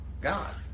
God